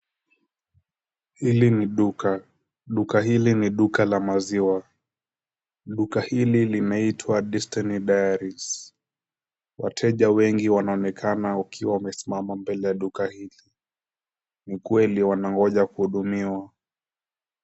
Hili ni duka. Duka hili ni duka la maziwa. Duka hili linaitwa Destiny Dairies. Wateja wengi wanaonekana wakiwa wamesimama mbele ya duka hili. Ni kweli wanangoja kuhudumiwa.